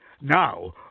Now